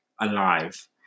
alive